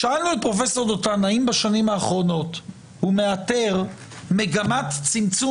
שאלנו את פרופ' דותן האם בשנים האחרונות הוא מאתר מגמת צמצום